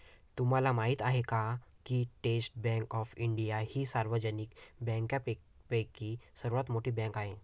तुम्हाला माहिती आहे का की स्टेट बँक ऑफ इंडिया ही सार्वजनिक बँकांपैकी सर्वात मोठी बँक आहे